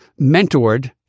mentored